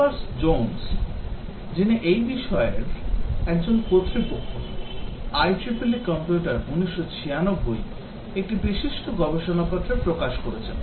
Capers Jones যিনি এই বিষয়ের একজন কর্তৃপক্ষ IEEE কম্পিউটার 1996 একটি বিশিষ্ট গবেষণাপত্র প্রকাশ করেছেন